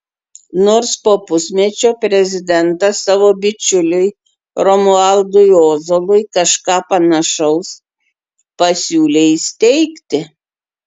nors po pusmečio prezidentas savo bičiuliui romualdui ozolui kažką panašaus pasiūlė įsteigti